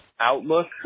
outlook